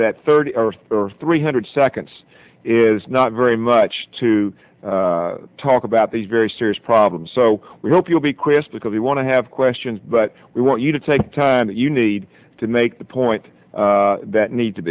that thirty for three hundred seconds is not very much to talk about these very serious problems so we hope you'll be quizzed because we want to have questions but we want you to take the time that you need to make the point that need to